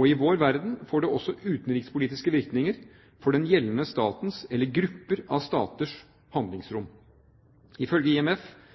Og i vår verden får det også utenrikspolitiske virkninger for den gjeldende statens eller grupper av staters handlingsrom. Ifølge IMF